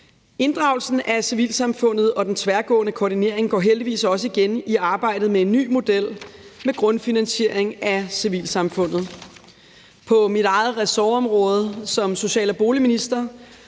Inddragelsen af civilsamfundet og den tværgående koordinering går heldigvis også igen i arbejdet med en ny model med grundfinansiering af civilsamfundet. På mit eget ressortområde som social- og boligminister